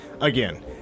again